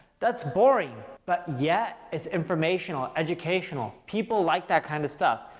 that's boring, but yet it's informational, educational. people like that kind of stuff.